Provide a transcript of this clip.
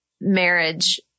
marriage